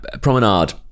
Promenade